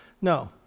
no